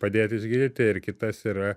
padėt išgydyti ir kitas yra